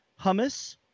hummus